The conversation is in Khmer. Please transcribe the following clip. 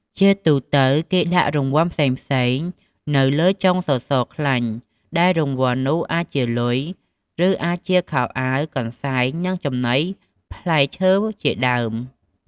ជាទូទៅ គេដាក់រង្វាន់ផ្សេងៗនៅលើចុងសសរខ្លាញ់ ដែលរង្វាន់នោះអាចជាលុយ ឬអាចជាខោអាវ កន្សែង និងចំណីផ្លែឈើជាដើម។